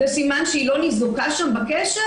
זה סימן שהיא לא ניזוקה שם בקשר?